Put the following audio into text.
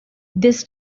this